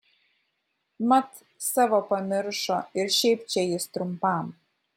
mat savo pamiršo ir šiaip čia jis trumpam